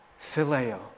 phileo